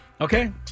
Okay